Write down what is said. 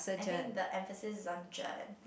I think the emphasis is on ~geon